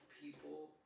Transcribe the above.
people